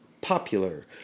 popular